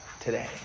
today